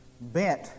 bent